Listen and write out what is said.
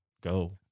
go